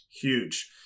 Huge